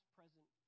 present